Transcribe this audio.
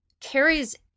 Carrie's